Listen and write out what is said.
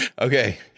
Okay